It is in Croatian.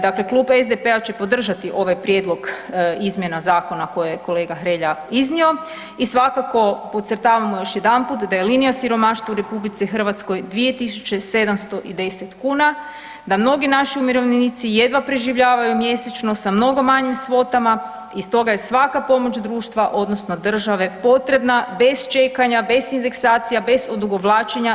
Dakle, klub SDP-a će podržati ovaj prijedlog izmjena zakona koje je kolega Hrelja iznio i svakako podcrtavamo još jedanput da je linija siromaštva u RH 2710 kuna, da mnogi naši umirovljenici jedva preživljavaju mjesečno sa mnogo manjim svotama i stoga je svaka pomoć društva, odnosno države potrebna bez čekanja, bez indeksacija, bez odugovlačenja.